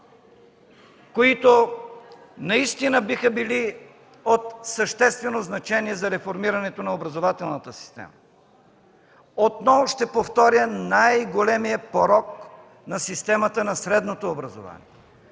които наистина биха били от съществено значение за реформирането на образователната система. Отново ще повторя най-големият порок на системата на средното образование